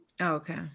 Okay